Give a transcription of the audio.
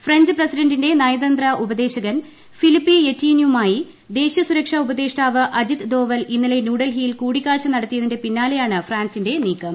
French പ്രസിഡന്റിന്റെ നയതന്ത്ര ഉപദേശകൻ ഫിലിപ്പി യെറ്റീനുമായി ദേശീയ സുരക്ഷ ഉപദേഷ്ടാവ് അജിത് ദോവൽ ഇന്നലെ ന്യൂഡൽഹിയിൽ കൂടിക്കാഴ്ച നടത്തിയതിന്റെ പിന്നാലെയാണ് ഫ്രാൻസിന്റെ നീക്കം